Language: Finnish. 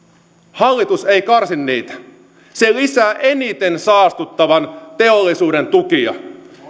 hallitus ei karsi niitä se lisää eniten saastuttavan teollisuuden tukia